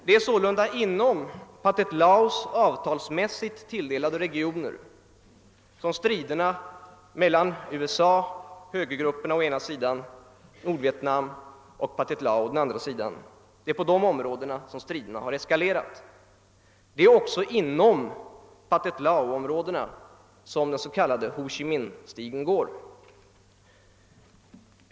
Det är sålunda inom Pathet Laos avtalsmässigt tilldelade regioner som striderna mellan USA och högergrupperna å ena sidan samt Nordvietnam och Pathet Lao å den andra sidan har eskalerat. Det är också inom Pathet Laoområdena som den s.k. Ho Chi Minhstigen går.